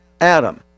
Adam